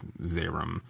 Zerum